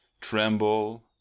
tremble